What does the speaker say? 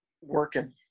working